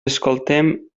escoltem